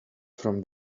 from